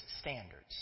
standards